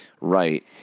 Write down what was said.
Right